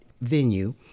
venue